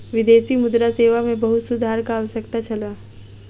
विदेशी मुद्रा सेवा मे बहुत सुधारक आवश्यकता छल